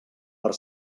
per